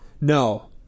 No